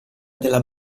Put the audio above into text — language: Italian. della